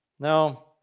Now